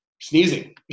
sneezing